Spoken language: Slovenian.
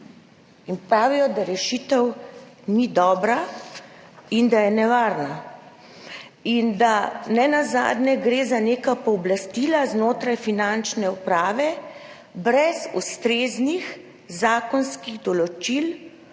pravijo, da rešitev ni dobra in da je nevarna in da nenazadnje gre za neka pooblastila znotraj Finančne uprave, brez ustreznih zakonskih določil,